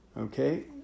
Okay